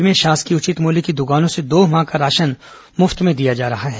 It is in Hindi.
राज्य में शासकीय उचित मूल्य की द्वकानों से दो माह का राशन मुफ्त में दिया जा रहा है